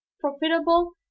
profitable